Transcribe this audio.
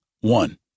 one